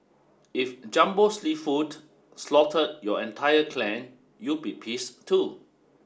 if Jumbo Seafood slaughtered your entire clan you be pissed too